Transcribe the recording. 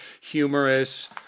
humorous